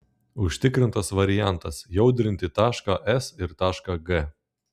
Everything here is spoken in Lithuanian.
užtikrintas variantas jaudrinti tašką s ir tašką g